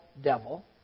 devil